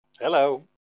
Hello